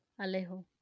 Alejo